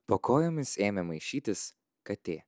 po kojomis ėmė maišytis katė